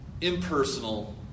impersonal